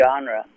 genre